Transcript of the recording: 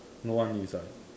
no one inside